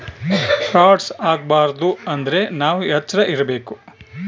frauds ಆಗಬಾರದು ಅಂದ್ರೆ ನಾವ್ ಎಚ್ರ ಇರ್ಬೇಕು